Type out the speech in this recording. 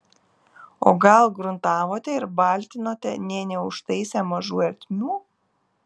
o gal gruntavote ir baltinote nė neužtaisę mažų ertmių